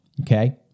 okay